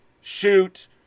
shoot